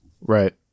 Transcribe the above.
right